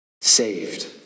saved